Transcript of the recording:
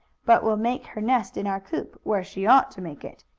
but will make her nest in our coop, where she ought to make it.